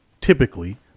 typically